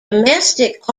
domestic